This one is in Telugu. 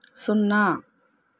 సున్నా